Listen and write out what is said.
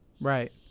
Right